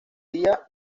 día